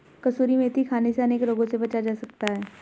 कसूरी मेथी खाने से अनेक रोगों से बचा जा सकता है